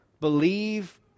believe